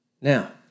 Now